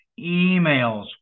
emails